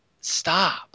stop